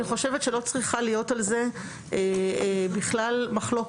אני חושבת שלא צריכה להיות על זה בכלל מחלוקת,